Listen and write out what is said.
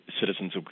citizens